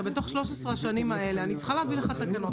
הלוא בתוך 13 השנים האלה אני צריכה להביא לך תקנות,